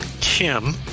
Kim